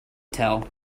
tell